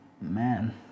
Man